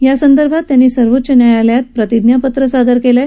यासंदर्भात त्यांनी सर्वोच्च न्यायालयात प्रतिज्ञापत्र सादर केलं आहे